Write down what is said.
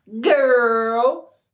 girl